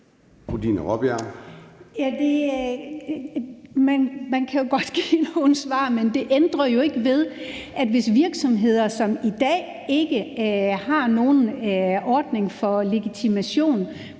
man kan jo godt give nogle svar, men det ændrer jo ikke ved, at hvis virksomheder, som i dag ikke har nogen ordning for legitimation,